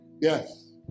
Yes